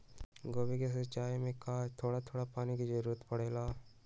गोभी के सिचाई में का थोड़ा थोड़ा पानी के जरूरत परे ला?